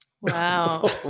Wow